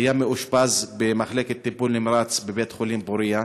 היה מאושפז במחלקת טיפול נמרץ בבית-חולים פוריה.